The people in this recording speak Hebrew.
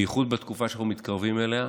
בייחוד בתקופה שאנחנו מתקרבים אליה,